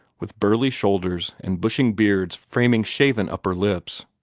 with burly shoulders, and bushing beards framing shaven upper lips,